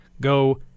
go